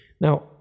Now